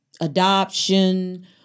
adoption